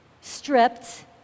stripped